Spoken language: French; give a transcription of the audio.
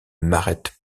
m’arrête